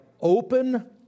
open